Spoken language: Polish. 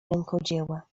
rękodzieła